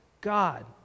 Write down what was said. God